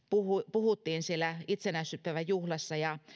puhuttiin siellä itsenäisyyspäiväjuhlassa ja